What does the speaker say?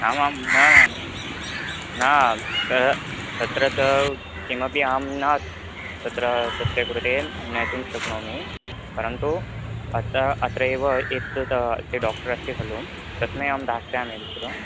आमां न न तत् तत्र तत् किमपि अहं न तत्र तस्य कृते नेतुं शक्नोमि परन्तु अत्र अत्रैव एतत् अस्य डाक्टर् अस्ति खलु तस्मै अहं दास्यामि तत्र